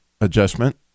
adjustment